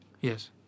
Yes